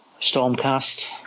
Stormcast